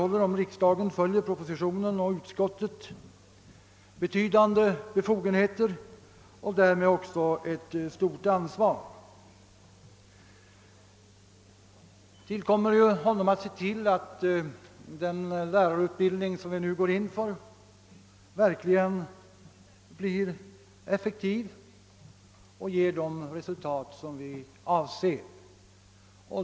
Om riksdagen följer propositionen och utskottets förslag, erhåller Kungl. Maj:t betydande befogenheter och påtar sig därmed också ett stort ansvar. Det tillkommer departementschefen att se till att den lärarutbildning vi går in för verkligen blir effektiv och ger de resultat som vi avser.